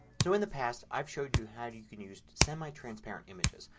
so in the past i've showed you how you can use semi-transparent images,